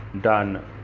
done